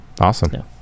awesome